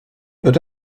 but